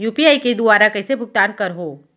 UPI के दुवारा कइसे भुगतान करहों?